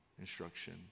instruction